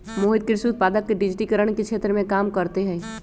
मोहित कृषि उत्पादक के डिजिटिकरण के क्षेत्र में काम करते हई